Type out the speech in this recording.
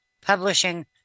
publishing